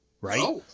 right